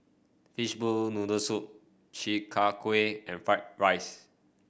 Fishball Noodle Soup Chi Kak Kuih and Fried Rice